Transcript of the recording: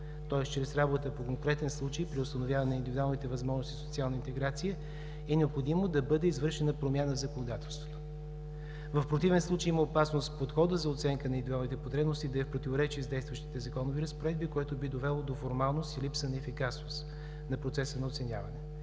тоест чрез работа по конкретен случай при установяване на индивидуалните възможности за социална интеграция, е необходимо да бъде извършена промяна в законодателството. В противен случай има опасност подходът за оценка на индивидуалните потребности да е в противоречие с действащите законови разпоредби, което би довело до формалност и липса на ефикасност на процеса на оценяване.